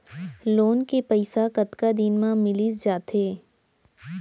Loan के पइसा कतका दिन मा मिलिस जाथे?